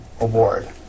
award